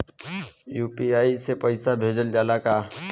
UPI से पईसा भेजल जाला का?